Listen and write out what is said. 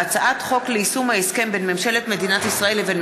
והצעת חוק ליישום ההסכם בין ממשלת מדינת ישראל לבין